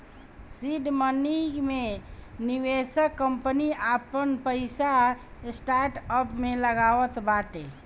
seed money मे निवेशक company आपन पईसा स्टार्टअप में लगावत बाटे